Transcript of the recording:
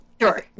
Sure